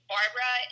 Barbara